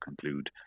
conclude